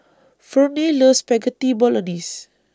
Ferne loves Spaghetti Bolognese